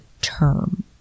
term